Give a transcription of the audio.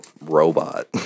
robot